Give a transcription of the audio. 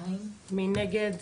מי נגד?